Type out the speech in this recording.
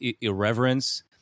irreverence